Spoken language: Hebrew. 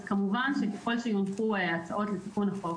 אז כמובן ככל שיונחו הצעות לתיקון החוק,